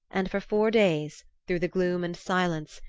and for four days, through the gloom and silence,